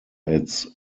its